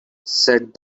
said